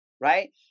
Right